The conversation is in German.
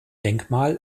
denkmal